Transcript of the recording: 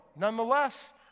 Nonetheless